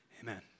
Amen